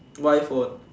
why phone